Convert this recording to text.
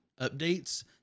updates